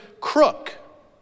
crook